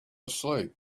asleep